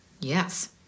Yes